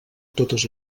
totes